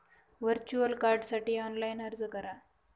virtual कार्डसाठी online अर्ज करा